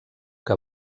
que